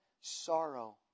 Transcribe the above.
sorrow